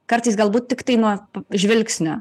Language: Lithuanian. kartais galbūt tiktai nuo žvilgsnio